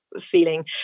feeling